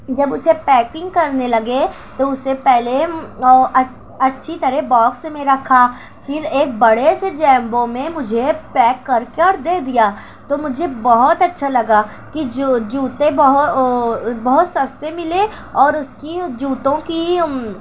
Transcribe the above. جب اسے پیکنگ کرنے لگے تو اسے پہلے اچھی اچھی طرح باکس میں رکھا پھر ایک بڑے سے جیمبو میں مجھے پیک کر کے اور دے دیا تو مجھے بہت اچھا لگا کہ جو جوتے بہت سستے ملے اور اس کی جوتوں کی